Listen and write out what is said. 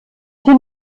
den